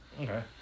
Okay